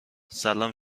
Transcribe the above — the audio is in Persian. سلام